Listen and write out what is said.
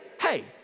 hey